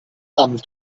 amb